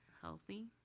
healthy